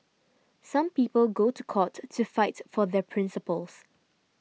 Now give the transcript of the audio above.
some people go to court to fight for their principles